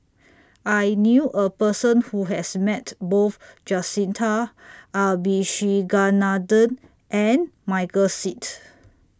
I knew A Person Who has Met Both Jacintha Abisheganaden and Michael Seet